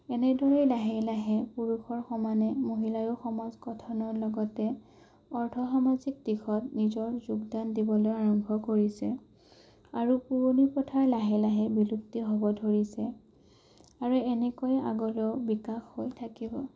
এনেদৰে লাহে লাহে পুৰুষৰ সমানে মহিলায়ো সমাজ গঠনৰ লগতে অৰ্থ সামাজিক দিশত নিজৰ যোগদান দিবলৈ আৰম্ভ কৰিছে আৰু পুৰণি প্ৰথা লাহে লাহে বিলুপ্তি হ'বলৈ ধৰিছে আৰু এনেকৈয়ে আগলৈও বিকাশ হৈ থাকিব